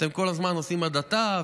אתם כל הזמן עושים הדתה,